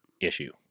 issue